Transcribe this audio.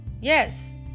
Yes